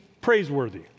praiseworthy